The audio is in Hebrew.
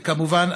וכמובן,